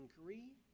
angry